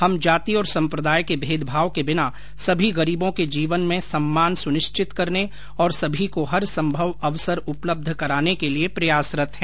हम जाति और संप्रदाय के भेदभाव के बिना सभी गरीबों के जीवन में सम्मान सुनिश्चित करने और सभी को हर संभव अवसर उपलब्ध कराने के लिए प्रयासरत हैं